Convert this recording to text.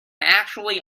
actually